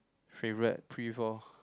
favourite Prive lor